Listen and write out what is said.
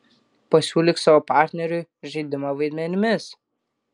pasiūlyk savo partneriui žaidimą vaidmenimis